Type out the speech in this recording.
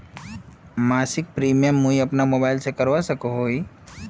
मासिक प्रीमियम मुई अपना मोबाईल से करवा सकोहो ही?